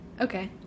okay